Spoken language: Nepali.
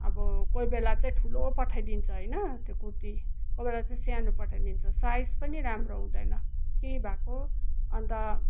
अब कोही बेला चाहिँ ठुलो पठाइदिन्छ होइन त्यो कुर्ती कोही बेला चाहिँ सानो पठाइदिन्छ साइज पनि राम्रो हुँदैन के भएको अन्त